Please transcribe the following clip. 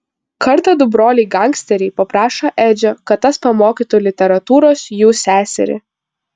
kartą du broliai gangsteriai paprašo edžio kad tas pamokytų literatūros jų seserį